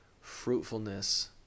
fruitfulness